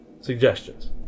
Suggestions